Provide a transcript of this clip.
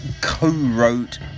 co-wrote